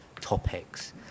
topics